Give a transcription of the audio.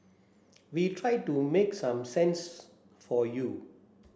we try to make some sense for you